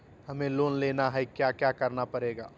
हमें लोन लेना है क्या क्या करना पड़ेगा?